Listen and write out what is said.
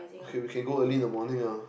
okay we can go early the morning ah